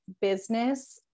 business